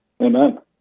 Amen